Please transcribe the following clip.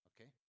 Okay